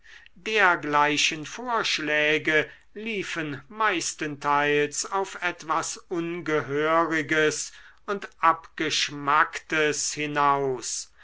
dergleichen vorschläge liefen meistenteils auf etwas ungehöriges und abgeschmacktes hinaus